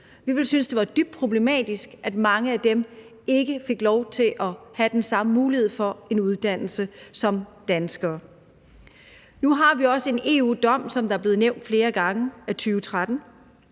Vi ville synes, det var dybt problematisk, at mange af dem ikke fik lov til at have den samme mulighed for en uddannelse som danskere. Nu har vi også, som der er blevet nævnt flere gange, en